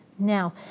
Now